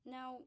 Now